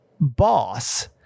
boss